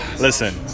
Listen